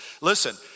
listen